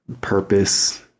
purpose